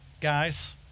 guys